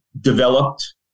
developed